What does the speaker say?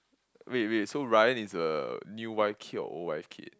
wait wait so Ryan is the new wife kid or old wife kid